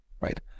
right